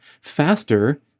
faster